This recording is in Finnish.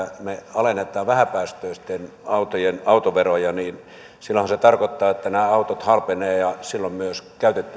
me alennamme vähäpäästöisten autojen autoveroja silloinhan se tarkoittaa että nämä autot halpenevat ja silloin myös